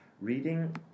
reading